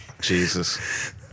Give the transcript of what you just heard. Jesus